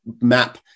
map